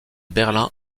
berlin